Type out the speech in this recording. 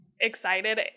excited